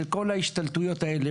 שעם כל ההשתלטויות האלה,